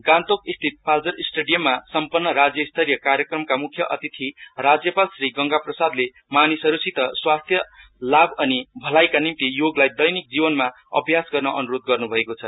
गान्तोक स्थित पाल्जर स्टेपियममा सम्पन्न राज्य स्तरीय कार्यक्रमका म्ख्य अतिथि राज्यपाल श्री गंगा प्रसादले मानिसहरूसित स्वास्थ्य लाभ अनि भलाईका निम्त योगलाई दैनिक जीवनमा अभ्यास गर्न अन्रोध गर्न्भएको छ